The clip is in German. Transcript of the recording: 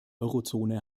eurozone